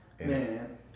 Man